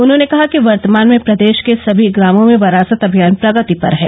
उन्होंने कहा कि वर्तमान में प्रदेश के सभी ग्रामों में वरासत अभियान प्रगति पर है